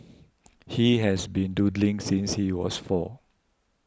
he has been doodling since he was four